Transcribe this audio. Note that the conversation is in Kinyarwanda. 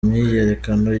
myiyerekano